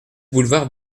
boulevard